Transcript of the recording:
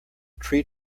tree